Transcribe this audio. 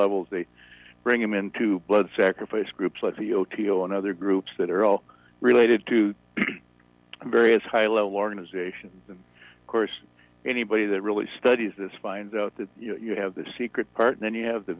level they bring them into blood sacrifice groups like heal tio and other groups that are all related to various high level organizations the course anybody that really studies this find out that you have the secret part and you have the